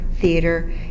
theater